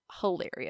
hilarious